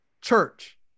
church